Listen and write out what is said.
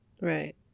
right